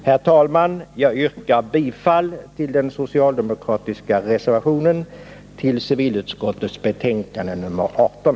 Herr talman! Jag yrkar bifall till den socialdemokratiska reservationen vid civilutskottets betänkande nr 18.